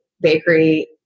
bakery